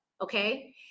Okay